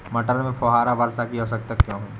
मटर में फुहारा वर्षा की आवश्यकता क्यो है?